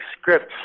scripts